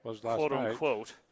quote-unquote